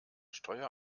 steuer